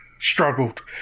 struggled